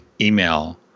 email